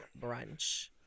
brunch